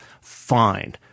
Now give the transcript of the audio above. fine